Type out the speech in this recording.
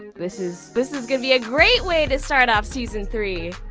this is this is going to be a great way to start off season three!